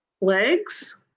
legs